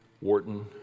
Wharton